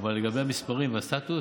אבל לגבי המספרים והסטטוס,